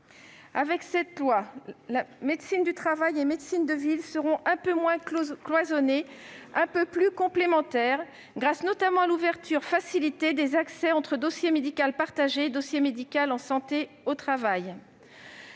à ce texte, médecine du travail et médecine de ville seront un peu moins cloisonnées et un peu plus complémentaires, grâce notamment à l'ouverture facilitée de l'accès au dossier médical partagé et au dossier médical en santé au travail.